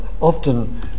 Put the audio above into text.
often